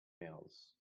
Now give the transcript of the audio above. males